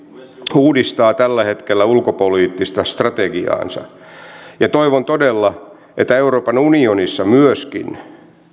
uudistaa tällä hetkellä ulkopoliittista strategiaansa toivon todella että euroopan unionissa myöskin